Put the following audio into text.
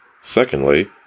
Secondly